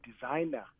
designer